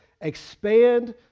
expand